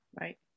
Right